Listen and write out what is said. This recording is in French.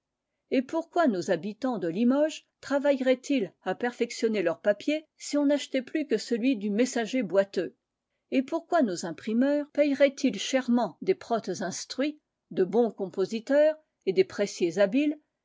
et pourquoi nos habitants de limoges travailleraient ils à perfectionner leurs papiers si on n'achetait plus que celui du messager boiteux et pourquoi nos imprimeurs payeraient ils chèrement des protes instruits de bons compositeurs et des pressiers habiles